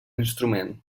instrument